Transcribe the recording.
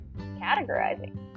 categorizing